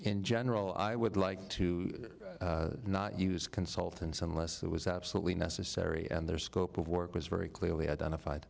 in general i would like to use consultants unless it was absolutely necessary in their scope of work was very clearly identified